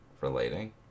relating